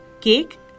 cake